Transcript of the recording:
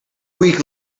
week